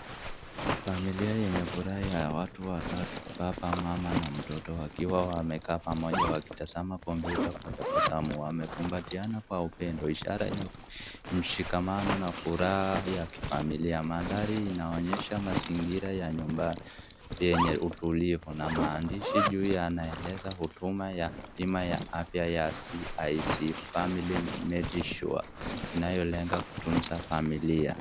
Familia yenye furaha ya watu watatu, baba, mama na mtoto wakiwa wamekaa pamoja wakitazama kompyuta kwa tabasamu. Wamekumbatina kwa upendo ishara ya mshikamano na furaha ya kifamilia. Maadhari inaonyesha mazingira ya nyumba yenye utulivu na maandishi juu yaneleza huduma ya CIC Family Medisure inayolenga kutunza familia.